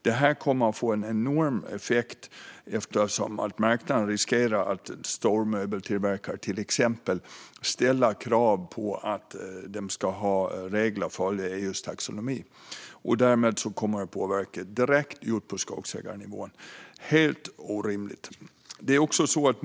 Detta kommer att få en enorm effekt på marknaden, eftersom det riskerar att leda till att exempelvis stora möbeltillverkare ställer krav på att EU:s regler och taxonomi ska följas. Därmed kommer skogsägarnivån att påverkas direkt. Detta är helt orimligt.